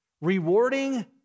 Rewarding